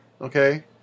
Okay